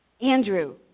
Andrew